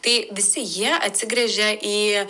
tai visi jie atsigręžė į